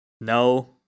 no